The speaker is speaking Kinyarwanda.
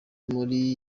muri